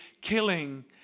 killing